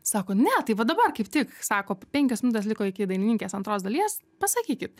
sako ne tai va dabar kaip tik sako penkios minutės liko iki dainininkės antros dalies pasakykit